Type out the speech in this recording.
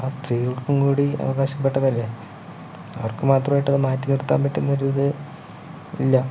ആ സ്ത്രീകൾക്കും കൂടി അവകാശപ്പെട്ടതല്ലേ അവർക്കുമാത്രമായിട്ട് മാറ്റിനിർത്താൻ പറ്റുന്നൊരിത് ഇല്ല